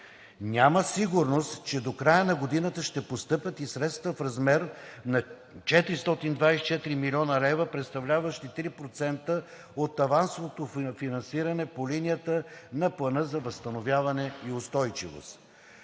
Няма сигурност, че до края на годината ще постъпят и средства в размер на 424 млн. лв., представляващи 3% от авансовото финансиране по линията на Плана за възстановяване и устойчивост.